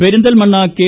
Perinthalmanna K